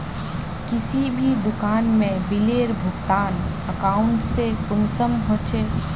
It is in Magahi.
किसी भी दुकान में बिलेर भुगतान अकाउंट से कुंसम होचे?